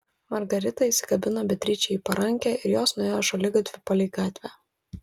margarita įsikabino beatričei į parankę ir jos nuėjo šaligatviu palei gatvę